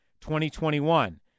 2021